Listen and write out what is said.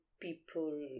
people